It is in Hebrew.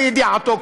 בידיעתו,